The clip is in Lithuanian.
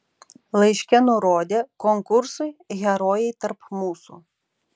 laiške nurodė konkursui herojai tarp mūsų